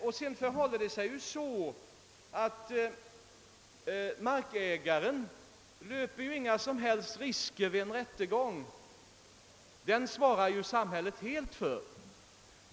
Vidare förhåller det sig så, att markägaren inte löper några som helst risker vid en rättegång; samhället svarar för allt härvidlag.